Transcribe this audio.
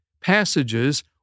passages